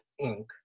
Inc